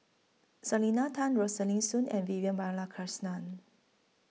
Selena Tan Rosaline Soon and Vivian Balakrishnan